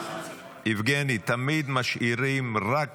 יבגני, תמיד משאירים רק